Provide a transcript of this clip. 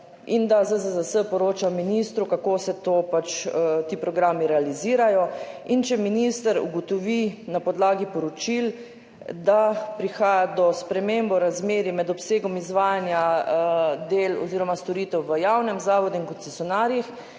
in da ZZZS poroča ministru, kako se ti programi realizirajo. In če minister ugotovi, na podlagi poročil, da prihaja do sprememb razmerij med obsegom izvajanja del oziroma storitev v javnem zavodu in koncesionarjih